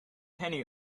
penny